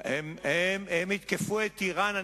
הם יתקפו את אירן.